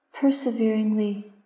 perseveringly